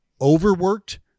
overworked